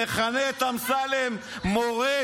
מכנה את אמסלם "מורד".